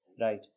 right